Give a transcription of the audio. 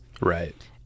Right